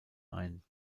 ein